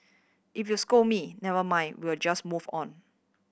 if you scold me never mind we'll just move on